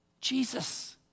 Jesus